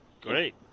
Great